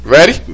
Ready